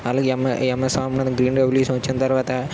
అలాగే M A M S Swaminathan green revolution వచ్చిన తర్వతా